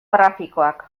grafikoak